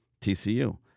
TCU